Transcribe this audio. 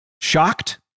shocked